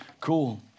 Cool